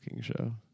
show